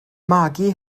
magu